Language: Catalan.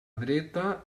dreta